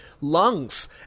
lungs